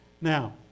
Now